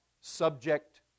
subject